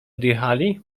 odjechali